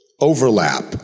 overlap